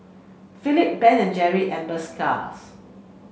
Philip Ben and Jerry and